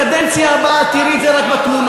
בקדנציה הבאה את תראי אותה רק בתמונות.